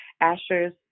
Asher's